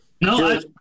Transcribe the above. No